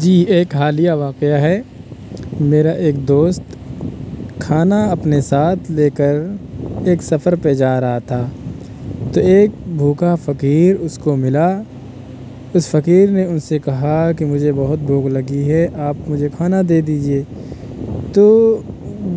جی ایک حالیہ واقعہ ہے میرا ایک دوست کھانا اپنے ساتھ لے کر ایک سفر پہ جا رہا تھا تو ایک بھوکا فقیر اس کو ملا اس فقیر نے ان سے کہا کہ مجھے بہت بھوک لگی ہے آپ مجھے کھانا دے دیجیے تو